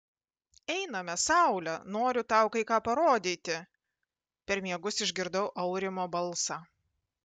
einame saule noriu tau kai ką parodyti per miegus išgirdau aurimo balsą